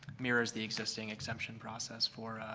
mirrors the existing exemption process for